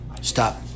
Stop